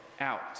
out